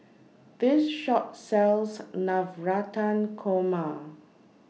This Shop sells Navratan Korma